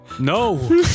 No